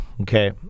okay